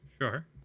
Sure